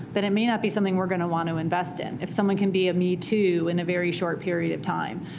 then it may not be something we're going to want to invest in if someone can be a me too in a very short period of time.